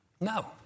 No